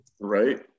Right